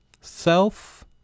self